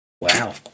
Wow